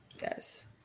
Yes